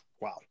Wow